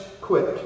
quick